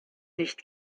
nicht